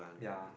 ya